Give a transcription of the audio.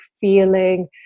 feeling